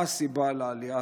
1. מה הסיבה לעלייה